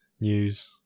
news